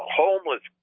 homeless